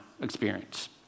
experience